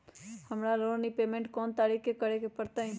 हमरा loan repayment कोन तारीख के करे के परतई?